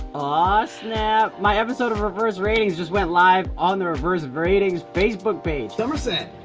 ah snap, my episode of reverse ratings just went live on the reverse ratings facebook page. i'm ah